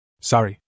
Sorry